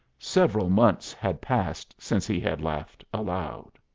several months had passed since he had laughed aloud.